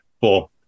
four